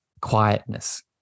quietness